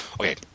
okay